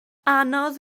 anodd